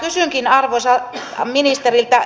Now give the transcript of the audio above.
kysynkin arvoisalta ministeriltä